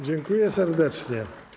Dziękuję serdecznie.